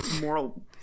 moral